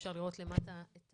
אפשר לראות למטה את